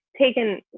taken